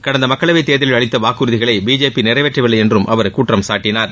கடந்த மக்களவைத் தேர்தலில் அளித்த வாக்குறுதிகளை பிஜேபி நிறைவேற்றவில்லை என்றும் அவர் குற்றம்சாட்டினார்